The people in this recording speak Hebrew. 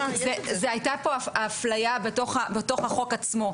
היתה פה אפליה בתוך החוק עצמו.